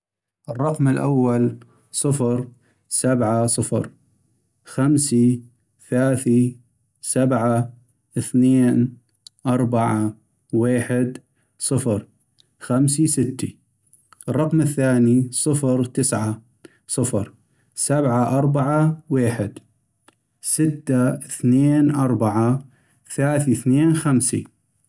الرقم الاول ، صفر ، سبعة ، صفر ، خمسي ، ثاثي ، سبعة ، اثنين ، أربعة ويحد ، صفر ، خمسي ، ستي. الرقم الثاني ، صفر ، تسعة ، صفر ، سبعة ، أربعة ، ويحد ، ستة ، اثنين ، أربعة ، ثاثي ، اثنين ، خمسي